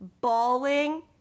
bawling